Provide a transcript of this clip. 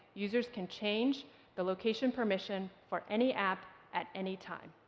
users can change the location permission for any app at anytime.